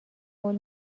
قول